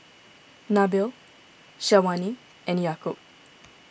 Nabil Syazwani and Yaakob